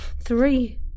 Three